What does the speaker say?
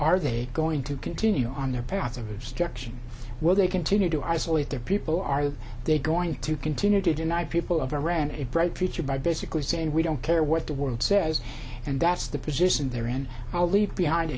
are they going to continue on their part of obstruction while they continue to isolate their people are they going to continue to deny people of iran it bright future by basically saying we don't care what the world says and that's the position they're in i'll leave behind